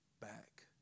back